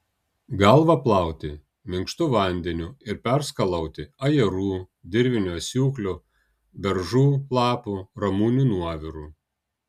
galvą plauti minkštu vandeniu ir perskalauti ajerų dirvinių asiūklių beržų lapų ramunių nuoviru